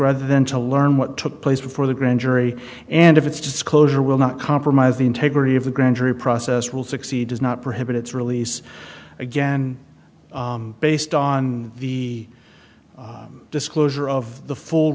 rather than to learn what took place before the grand jury and if its disclosure will not compromise the integrity of the grand jury process will succeed does not prohibit its release again based on the disclosure of the full